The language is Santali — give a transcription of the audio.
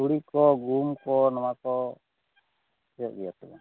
ᱛᱩᱲᱤ ᱠᱚ ᱜᱩᱦᱩᱢ ᱠᱚ ᱱᱚᱣᱟ ᱠᱚ ᱦᱩᱭᱩᱜ ᱜᱮᱭᱟ ᱥᱮ ᱵᱟᱝ